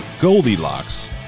goldilocks